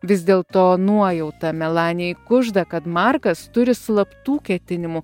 vis dėl to nuojauta melanijai kužda kad markas turi slaptų ketinimų